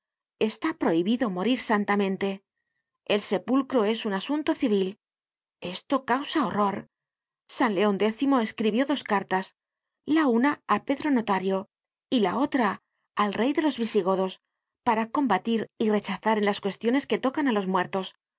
está prohibido morir santamente el sepulcro es un asunto civil esto causa horror san leon x escribió dos cartas la una á pedro notario y la otra al rey de los visigodos para combatir y rechazar en las cuestiones que tocan á los muertos